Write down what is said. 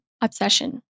obsession